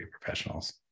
professionals